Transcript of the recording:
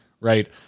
right